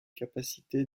capacité